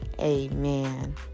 amen